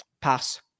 pass